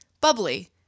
Bubbly